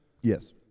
Yes